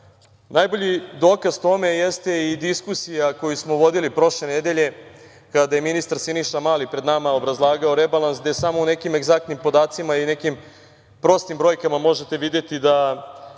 razvija. Najbolji dokaz tome jeste i diskusija koju smo vodili prošle nedelje kada je ministar Siniša Mali pred nama obrazlagao rebalans, gde samo u nekim egzaktnim podacima i nekim prostim brojkama možete videti da